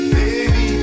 baby